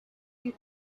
you